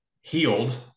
healed